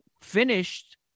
finished